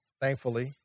thankfully